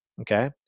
okay